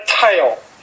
tail